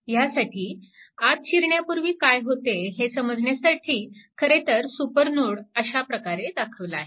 ह्यासाठी आत शिरण्यापूर्वी काय होते हे समजण्यासाठी खरेतर सुपरनोड अशा प्रकारे दाखवला आहे